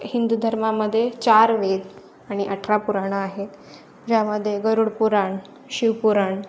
हिंदू धर्मामध्ये चार वेद आणि अठरा पुराणं आहेत ज्यामध्ये गरुडपुराण शिवपुराण